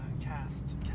Cast